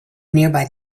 nearby